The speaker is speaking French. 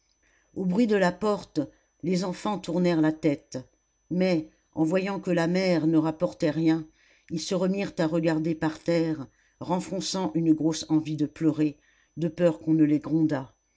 au bruit de la porte les enfants tournèrent la tête mais en voyant que la mère ne rapportait rien ils se remirent à regarder par terre renfonçant une grosse envie de pleurer de peur qu'on ne les grondât